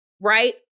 right